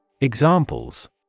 Examples